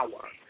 power